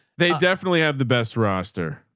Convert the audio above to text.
they definitely have the best roster.